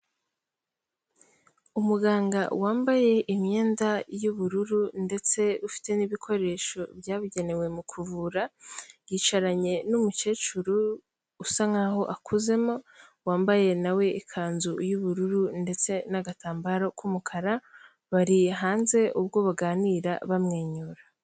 Umuganga wambaye imyenda y'ubururu ndetse ufite n'ibikoresho byabugenewe mu kuvura, yicaranye n'umukecuru usa nkaho akuzemo, wambaye nawe ikanzu y'ubururu ndetse n'agatambaro k'umukara, bari hanze ubwo baganira bamwenyura.